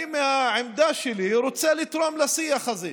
מהעמדה שלי אני רוצה לתרום לשיח הזה,